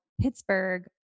Pittsburgh